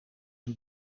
een